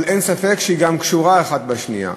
אבל אין ספק שהן גם קשורות אחת לשנייה,